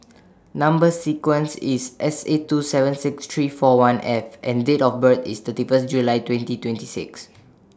Number sequence IS S eight two seven six three four one F and Date of birth IS thirty one July twenty twenty six